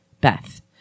Beth